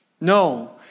No